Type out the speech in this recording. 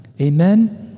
Amen